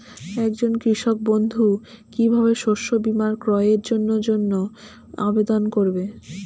একজন কৃষক বন্ধু কিভাবে শস্য বীমার ক্রয়ের জন্যজন্য আবেদন করবে?